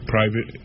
Private